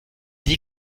dit